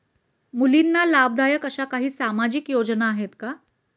मुलींना लाभदायक अशा काही सामाजिक योजना आहेत का?